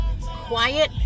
Quiet